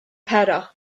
pero